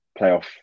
playoff